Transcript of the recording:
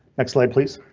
next slide, please.